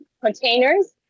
containers